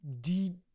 deep